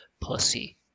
pussy